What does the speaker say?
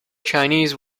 chinese